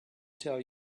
tell